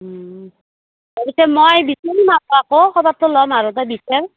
পিছে মই বিচাৰিম আকৌ আকৌ খবৰটো ল'ম আৰু তই বিচাৰ